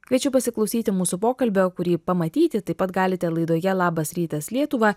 kviečiu pasiklausyti mūsų pokalbio kurį pamatyti taip pat galite laidoje labas rytas lietuva